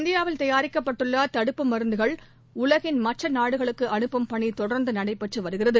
இந்தியாவில் தயாரிக்கப்பட்டுள்ளதடுப்பு மருந்துகள் உலகின் மற்றநாடுகளுக்குஅனுப்பும் பணிதொடர்ந்துநடைபெற்றுவருகிறது